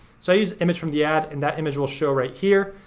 so i use image from the ad and that image will show right here.